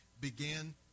began